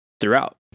throughout